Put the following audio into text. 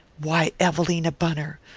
why, evelina bunner!